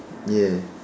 ya